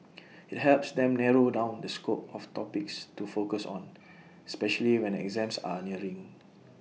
IT helps them narrow down the scope of topics to focus on especially when exams are nearing